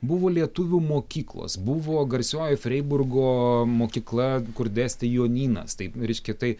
buvo lietuvių mokyklos buvo garsioji freiburgo mokykla kur dėstė jonynas taip reiškia tai